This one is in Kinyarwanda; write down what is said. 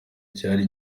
cyari